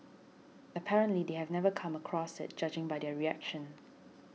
apparently they have never come across it judging by their reaction